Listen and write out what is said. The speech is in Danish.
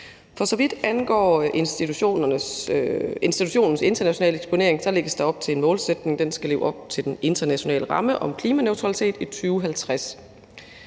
For så vidt angår institutionens internationale eksponering, lægges der op til en målsætning om, at den skal leve op til den internationale ramme om klimaneutralitet i 2050.